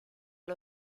los